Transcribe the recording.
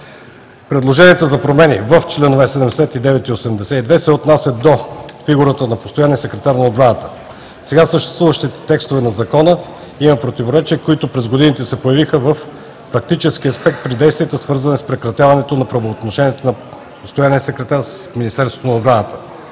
Предложенията за промени в членове 79 и 82 се отнасят до фигурата на постоянния секретар на отбраната. В сега съществуващите текстове на Закона има противоречия, които през годините се проявиха в практически аспект при действия, свързани с прекратяване на правоотношението на постоянния секретар с Министерството на отбраната.